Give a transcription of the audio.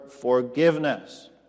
forgiveness